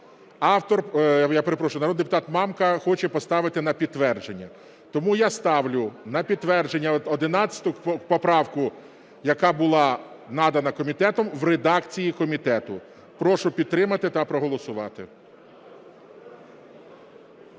народний депутат Мамка хоче поставити на підтвердження. Тому я ставлю на підтвердження 11 поправку, яка була надана комітетом в редакції комітету. Прошу підтримати та проголосувати.